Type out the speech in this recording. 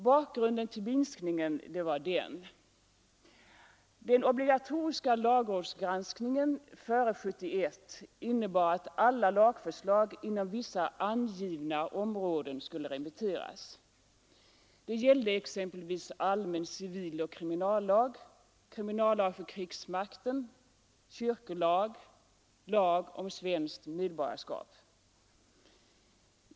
Bakgrunden till minskningen är följande: Den obligatoriska lagrådsgranskningen före 1971 innebar att alla lagförslag inom vissa angivna områden skulle remitteras. Det gällde exempelvis allmän civiloch kriminallag, kriminallag för krigsmakten, kyrkolag och lag om svenskt medborgarskap.